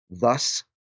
thus